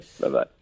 Bye-bye